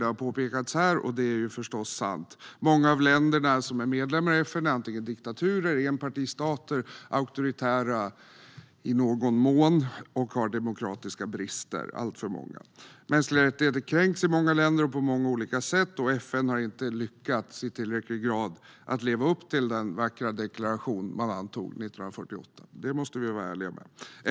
Det har påpekats här, och det är förstås sant. Många av länderna som är medlemmar i FN är diktaturer eller enpartistater som är auktoritära i någon mån och har alltför många demokratiska brister. Mänskliga rättigheter kränks i många länder och på många olika sätt. FN har inte i tillräcklig grad lyckats att leva upp till den vackra deklaration som man antog 1948 - det måste vi vara ärliga med.